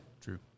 True